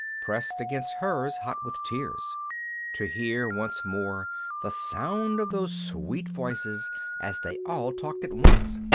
pressed against hers, hot with tears to hear once more the sound of those sweet voices as they all talked at once.